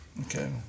Okay